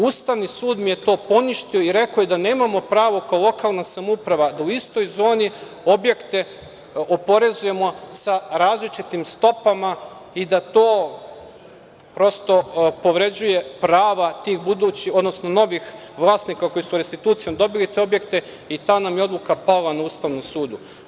Ustavni sud mi je poništio i rekao da to nemamo pravo kao lokalna samouprava, da u istoj zoni objekte oporezujemo sa različitim stopama i da to prosto povređuje prava tih budućih odnosno novih vlasnika koji su restitucijom dobili te objekte i ta nam je odluka pala na Ustavnom sudu.